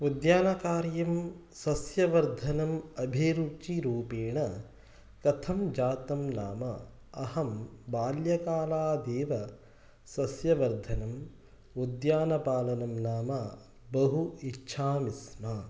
उद्यानकार्यं सस्यवर्धनम् अभिरुचिरूपेण कथं जातं नाम अहं बाल्यकालादेव सस्यवर्धनम् उद्यानपालनं नाम बहु इच्छामि स्म